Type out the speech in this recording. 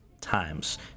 times